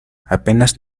apenas